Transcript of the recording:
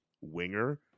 winger